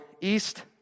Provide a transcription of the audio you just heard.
east